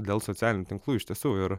dėl socialinių tinklų iš tiesų ir